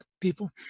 people